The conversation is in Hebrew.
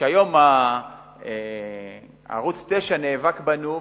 והיום ערוץ-9 נאבק בנו,